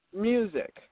Music